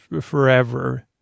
forever